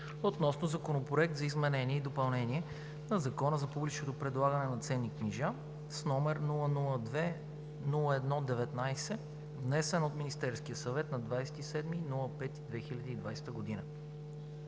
относно Законопроект за изменение и допълнение на Закона за публичното предлагане на ценни книжа, № 002-01-19, внесен от Министерския съвет на 27 май 2020 г.